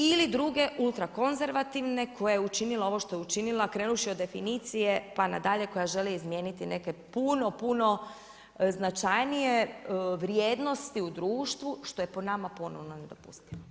Ili druge ultrakonzervativne koje je učinila ovo što je učinila krenuvši od definicije pa na dalje koja želi izmijeniti neke puno, puno značajnije vrijednosti u društvu što je po nama ponovno nedopustivo.